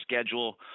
schedule